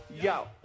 Yo